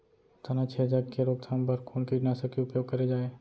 तनाछेदक के रोकथाम बर कोन कीटनाशक के उपयोग करे जाये?